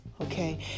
Okay